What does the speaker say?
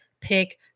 pick